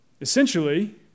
essentially